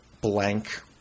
blank